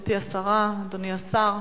גברתי השרה, אדוני השר,